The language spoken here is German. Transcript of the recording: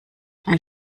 ein